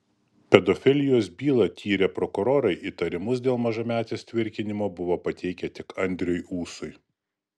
pedofilijos bylą tyrę prokurorai įtarimus dėl mažametės tvirkinimo buvo pateikę tik andriui ūsui